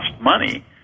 money